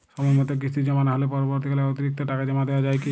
সময় মতো কিস্তি জমা না হলে পরবর্তীকালে অতিরিক্ত টাকা জমা দেওয়া য়ায় কি?